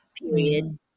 Period